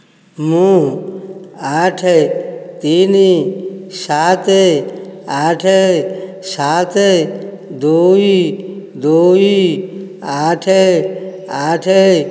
ମୁଁ ଆଠ ତିନି ସାତେ ଆଠ ସାତ ଦୁଇ ଦୁଇ ଆଠ ଆଠ